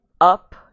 up